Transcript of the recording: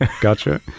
gotcha